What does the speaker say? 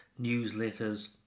newsletters